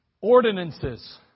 ordinances